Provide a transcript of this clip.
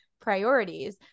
priorities